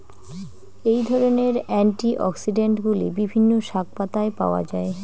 এই ধরনের অ্যান্টিঅক্সিড্যান্টগুলি বিভিন্ন শাকপাতায় পাওয়া য়ায়